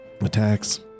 Attacks